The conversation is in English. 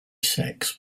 sex